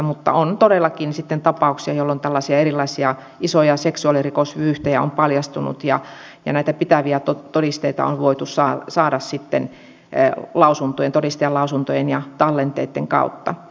mutta on todellakin tapauksia jolloin erilaisia isoja seksuaalirikosvyyhtejä on paljastunut ja näitä pitäviä todisteita on voitu saada sitten todistajanlausuntojen ja tallenteitten kautta